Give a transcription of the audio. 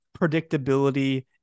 predictability